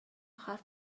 харц